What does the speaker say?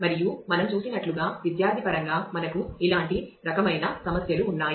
మరియు మనం చూసినట్లుగా విద్యార్థి పరంగా మనకు ఇలాంటి రకమైన సమస్యలు ఉన్నాయి